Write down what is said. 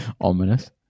Ominous